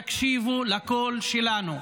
יקשיבו לקול שלנו.